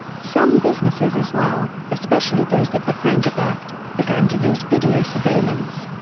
some businesses as well, especially those that were prone to theft, began to use video surveillance.